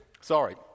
sorry